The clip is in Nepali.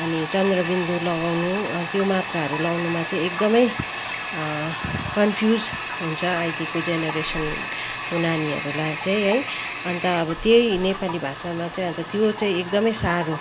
चन्द्रबिन्दु लगाउनु त्यो मात्राहरू लाउनुमा चाहिँ एकदमै कन्फ्युज हुन्छ अहिलेको जेनेरेसनको नानीहरूलाई चाहिँ है अन्त अब त्यही नेपाली भाषामा चाहिँ अन्त त्यो चाहिँ एकदमै साह्रो